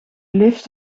lift